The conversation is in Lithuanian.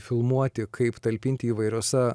filmuoti kaip talpinti įvairiose